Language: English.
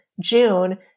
June